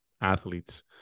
athletes